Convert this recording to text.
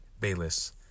Bayless